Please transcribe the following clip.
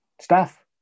staff